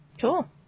Cool